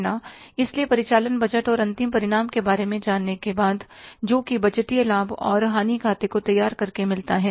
इसलिए परिचालन बजट और अंतिम परिणाम के बारे में जानने के बाद जो कि बजटीय लाभ और हानि खाते को तैयार करके मिलता है